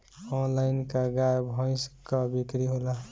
Online का गाय भैंस क बिक्री होला?